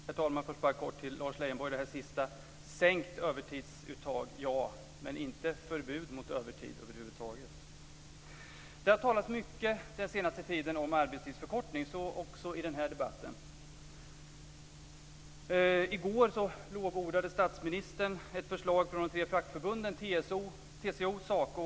Herr talman! Först helt kort till Lars Leijonborg om det sista han sade: Sänkt övertidsuttag, ja. Men inte förbud mot övertid över huvud taget. Det har talats mycket den senaste tiden om arbetstidsförkortning, och så också i den här debatten. I går lovordade statsministern ett förslag från de tre fackförbunden TCO, SACO och LO.